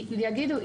יגידו,